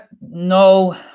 no